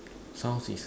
sounds is